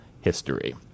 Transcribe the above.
history